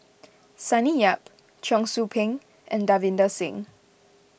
Sonny Yap Cheong Soo Pieng and Davinder Singh